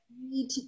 need